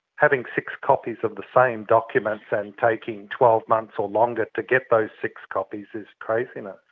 having six copies of the same documents and taking twelve months or longer to get those six copies is craziness.